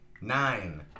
nine